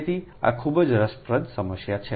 તેથી આ ખૂબ જ રસપ્રદ સમસ્યા છે